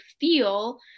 feel